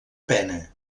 pena